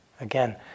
Again